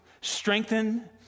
strengthen